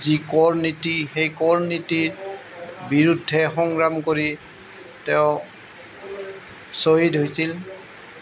যি কৰনীতি সেই কৰনীতি বিৰুদ্ধে সংগ্ৰাম কৰি তেওঁ শ্বহীদ হৈছিল